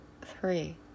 three